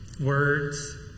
words